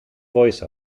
voice